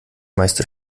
meiste